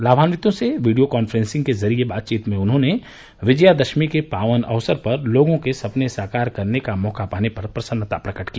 लाभान्वितों से video conference के जरिए बातचीत में उन्होंने विजयदशमी के पावन अवसर पर लोगों के सपने साकार करने का मौका पाने पर प्रसन्नता प्रकट की